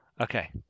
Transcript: Okay